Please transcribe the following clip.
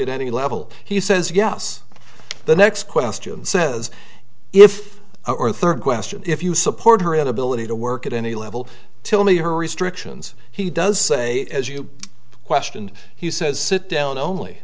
at any level he says yes the next question says if a or third question if you support her inability to work at any level tell me her restrictions he does say as you question he says sit down only